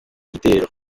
gitero